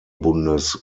bundes